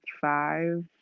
five